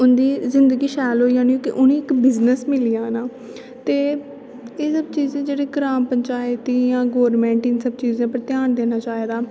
इंदी जिंदगी शैल होई जानी उंहे गी इक बिजनस मिली जाना ते एह् सब चीजां जेहडी ग्रां पचायंत गी जां गवर्नमेंट इन सब चीजें उप्पर घ्यान देना चाहिदा